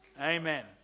amen